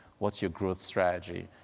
what's your growth strategy?